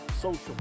Social